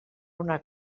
una